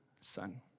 son